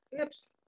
Oops